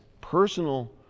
personal